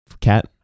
cat